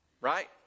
right